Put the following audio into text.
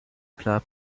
club